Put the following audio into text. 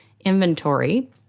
Inventory